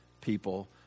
people